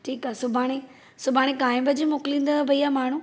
ठीक आहे सुभाणे सुभाणे काइं बजे मोकिलिंदा भईया माण्हू